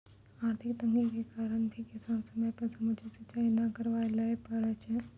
आर्थिक तंगी के कारण भी किसान समय पर समुचित सिंचाई नाय करवाय ल पारै छै